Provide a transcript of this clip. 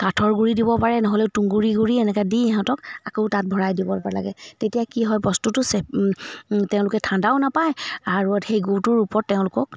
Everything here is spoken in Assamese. কাঠৰ গুৰি দিব পাৰে নহ'লে তুঁহগুৰি গুৰি এনেকৈ দি সিহঁতক আকৌ তাত ভৰাই দিব প লাগে তেতিয়া কি হয় বস্তুটো চে তেওঁলোকে ঠাণ্ডাও নাপায় আৰু সেই গূটোৰ ওপৰত তেওঁলোকক